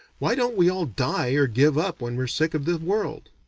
why don't we all die or give up when we're sick of the world?